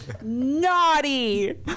Naughty